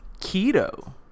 keto